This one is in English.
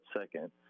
second